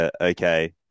okay